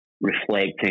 reflecting